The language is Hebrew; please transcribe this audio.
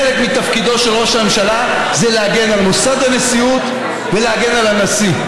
חלק מתפקידו של ראש הממשלה זה להגן על מוסד הנשיאות ולהגן על הנשיא.